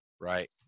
right